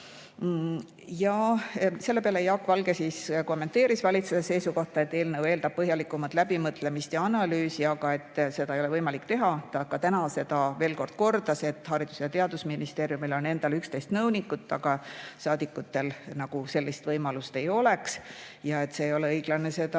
Selle peale Jaak Valge kommenteeris valitsuse seisukohta, et eelnõu eeldab põhjalikumat läbimõtlemist ja analüüsi, aga seda ei ole võimalik teha. Ta ka täna kordas veel, et Haridus‑ ja Teadusministeeriumil on endal 11 nõunikku, aga saadikutel sellist võimalust ei ole ja ei ole õiglane seda